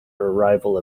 arrival